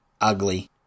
ugly